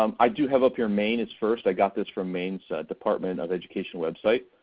um i do have up here maine as first. i got this from maine's department of education website.